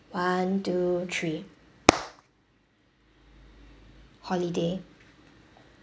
one two three holiday